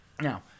Now